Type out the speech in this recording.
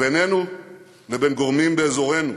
בינינו לבין גורמים באזורנו,